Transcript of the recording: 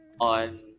on